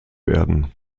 werden